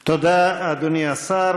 תודה, אדוני השר.